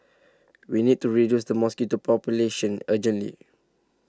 we need to reduce the mosquito population urgently